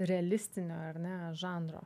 realistinio ar ne žanro